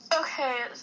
okay